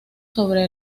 sobre